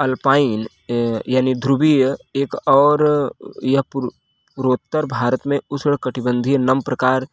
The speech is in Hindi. अल्पाइन यानि ध्रुवीय एक और यह पूर्वोत्तर भारत में उष्णकटिबंधीय नम प्रकार